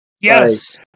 yes